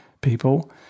people